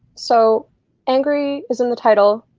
so angry is in the title.